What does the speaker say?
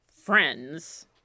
friends